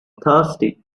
thirsty